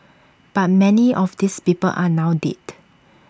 but many of these people are now dead